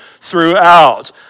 throughout